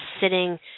sitting